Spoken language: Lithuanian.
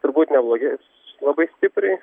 turbūt neblogės labai stipriai